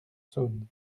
saône